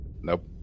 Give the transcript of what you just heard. nope